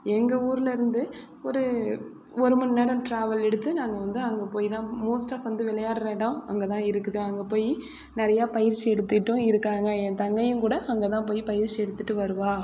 எங்கள் ஊரிலேருந்து ஒரு ஒரு மணிநேரம் டிராவல் எடுத்து நாங்கள் வந்து அங்கே போய்தான் மோஸ்ட்டாக வந்து விளையாடுகிற இடம் அங்கேதான் இருக்குது அங்கே போய் நிறைய பயிற்சி எடுத்துட்டும் இருக்காங்க என் தங்கையும் கூட அங்கேதான் போய் பயிற்சி எடுத்துட்டு வருவாள்